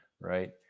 right